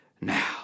now